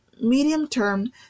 medium-term